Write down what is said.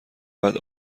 بعد